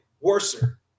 worser